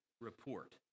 report